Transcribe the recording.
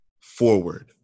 forward